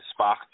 Spock